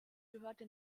gehörte